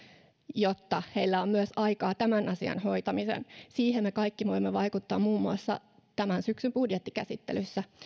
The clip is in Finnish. jotta heillä on myös aikaa tämän asian hoitamiseen siihen me kaikki voimme vaikuttaa muun muassa tämän syksyn budjettikäsittelyssä